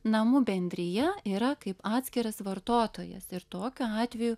namų bendrija yra kaip atskiras vartotojas ir tokiu atveju